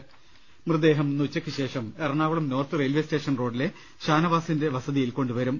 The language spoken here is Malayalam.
്്്്്് മൃതദേഹം ഇന്ന് ഉച്ചയ്ക്കുശേഷം എറണാകുളം നോർത്ത് റെയിൽവെ സ്റ്റേഷൻ റോഡിലെ ഷാനവാസിന്റെ വസതിയിൽ കൊണ്ടുവരും